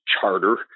charter